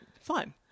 fine